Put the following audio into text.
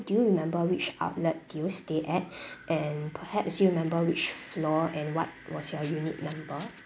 do you remember which outlet do you stay at and perhaps do you remember which floor and what was your unit number